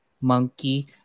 monkey